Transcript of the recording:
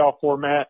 format